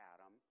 Adam